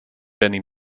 beni